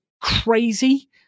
crazy